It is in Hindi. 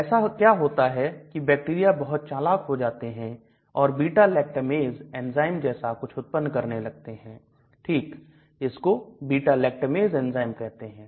ऐसा क्या होता है कि बैक्टीरिया बहुत चालाक हो जाते हैं और beta lactamase एंजाइम जैसा कुछ उत्पन्न करने लगते हैं ठीक इसको beta lactamase एंजाइम कहते हैं